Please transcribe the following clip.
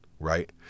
Right